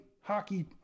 hockey